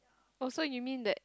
oh so you mean that